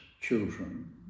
children